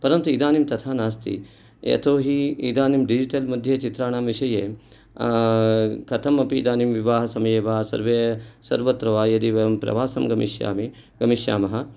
पुरन्तु इदानीं तथा नास्ति यतोहि इदानीं डिजिटल् मध्ये चित्राणां विषये कथम् अपि इदानीं विवाहसमये वा सर्वे सर्वत्र वा यदि वयं प्रवासं गमिष्यामि गमिष्यामः